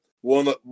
one